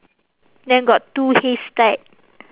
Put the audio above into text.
then got two haystack